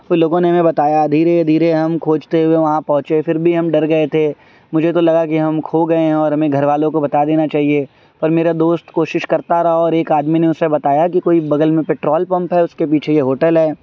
پھر لوگوں نے ہمیں بتایا دھیرے دھیرے ہم کھوجتے ہوئے وہاں پہنچے پھر بھی ہم ڈر گئے تھے مجھے تو لگا کہ ہم کھو گئے ہیں اور ہمیں گھر والوں کو بتا دینا چاہیے پر میرا دوست کوشش کرتا رہا اور ایک آدمی نے اسے بتایا کہ کوئی بغل میں پٹرول پمپ ہے اس کے پیچھے یہ ہوٹل ہے